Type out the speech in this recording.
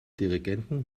dirigenten